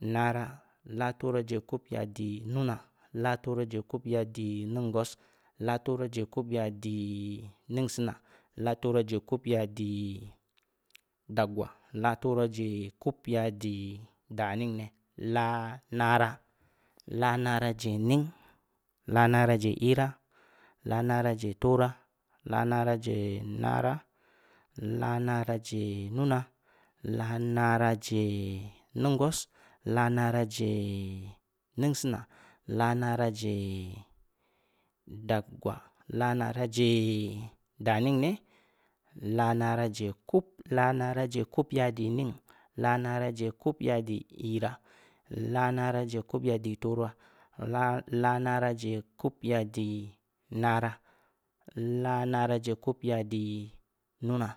Naraa, laa tooraa je kub ya di nunaa, laa tooraa je kub ya di nungwas, laa tooraa je kub ya di ningsiinaa, laa tooraa je kub ya di daggwaa, laa tooraa je kub ya di daningne, laa naraa, laa naraa je ning, laa naraa je iiraa, laa naraa je tooraa, laa naraa je naraa, laa naraa je nunaa, laa naraa je nungwas, laa naraa je ningsiinaa, laa naraa je daggwaa, laa naraa je daning ne, laa naraa je kub, laa naraa je kub ya di ning, laa naraa je kub ya di iiraa, laa naraa je kub ya di tooraa, laa-laa naraa je kub ya di naraa, laa naraa je kub ya di nunaa,